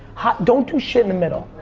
don't do shit in the middle.